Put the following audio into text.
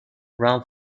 run